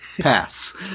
Pass